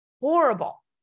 horrible